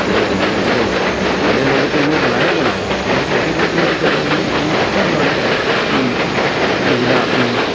जेह्ड़े गरीब जेह्ड़े बड्डे लोक तो उ'नें बनाए गै बनाए दे हे जेह्ड़े छोटे लोक हे बचारे उ'नें उ'न्न कुऽत्थूं बनाने फ्ही जेह्ड़ा अपनी